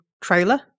trailer